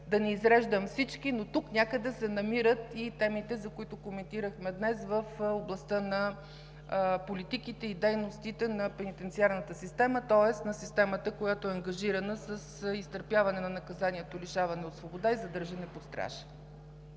Да не изреждам всички, но тук някъде се намират и темите, за които коментирахме днес, в областта на политиките и дейностите на пенитенциарната система, тоест на системата, която е ангажирана с изтърпяване на наказанието „лишаване от свобода“ и „задържане под стража“.